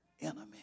enemy